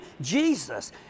Jesus